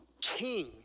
king